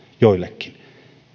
joillekin